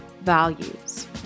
values